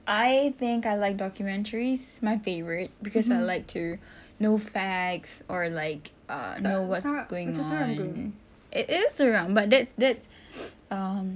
I think I like documentaries my favourite cause I like to know facts or like uh know what's going on it is seram but that's that's um